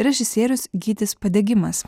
režisierius gytis padegimas